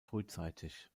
frühzeitig